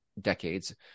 decades